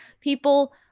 people